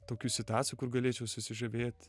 tokių situacijų kur galėčiau susižavėt